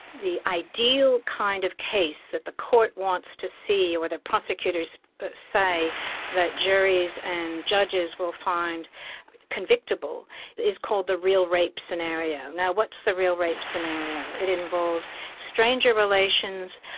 the ideal kind of case that the court wants to see, or the prosecutors prosecutors say that juries and judges will find convictable is called the real rape scenario. now, what's the real rape scenario? it involves stranger relations,